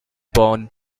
born